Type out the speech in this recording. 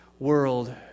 world